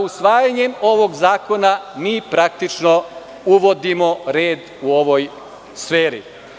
Usvajanjem ovog zakona, mi praktično uvodimo red u ovoj sferi.